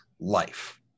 life